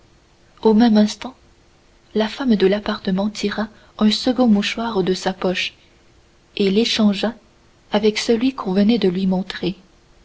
au même instant la femme de l'appartement tira un second mouchoir de sa poche et l'échangea avec celui qu'on venait de lui montrer